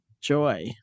joy